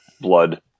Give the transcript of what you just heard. blood